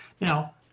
Now